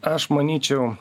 aš manyčiau